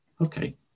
Okay